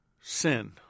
sin